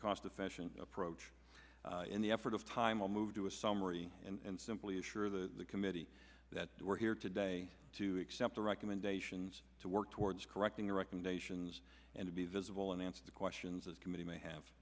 cost efficient approach in the effort of time will move to a summary and simply assure the committee that we're here today to accept the recommendations to work towards correcting the recommendations and to be visible and answer the questions this committee may have